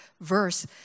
verse